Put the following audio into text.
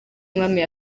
umwami